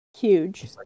Huge